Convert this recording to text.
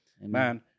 man